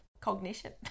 cognition